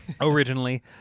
originally